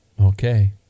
Okay